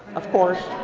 of course,